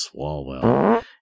Swalwell